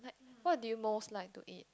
what do you most like to eat